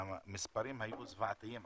והמספרים היו זוועתיים,